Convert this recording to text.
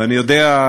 ואני יודע,